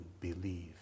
believe